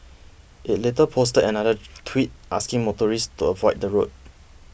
it later posted another tweet asking motorists to avoid the road